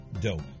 dope